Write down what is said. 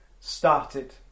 started